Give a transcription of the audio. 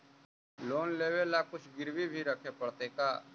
Loan लेबे ल कुछ गिरबी भी रखे पड़तै का?